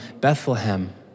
Bethlehem